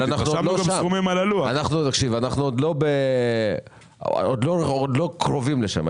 אנחנו עוד לא קרובים לשם.